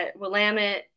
Willamette